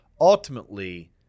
ultimately